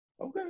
Okay